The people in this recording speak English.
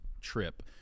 trip